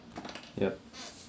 yup